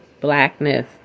blackness